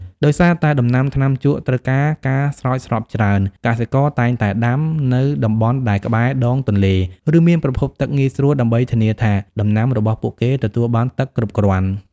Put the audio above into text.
ដោយសារតែដំណាំថ្នាំជក់ត្រូវការការស្រោចស្រពច្រើន កសិករតែងតែដាំនៅតំបន់ដែលនៅក្បែរដងទន្លេ ឬមានប្រភពទឹកងាយស្រួលដើម្បីធានាថាដំណាំរបស់ពួកគេទទួលបានទឹកគ្រប់គ្រាន់។